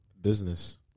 business